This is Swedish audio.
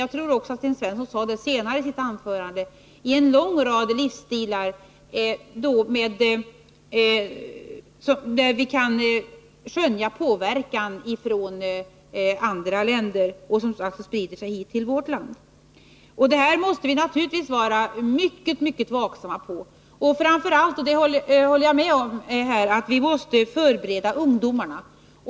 Jag tror också att Sten Svensson sade senare i sitt anförande att drogbruket smyger sig in i en lång rad livsstilar där vi kan skönja påverkan från andra länder. Det här måste vi naturligtvis vara mycket mycket vaksamma på. Jag håller med om att vi framför allt måste förbereda ungdomarna.